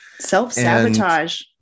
Self-sabotage